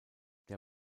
der